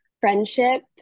friendship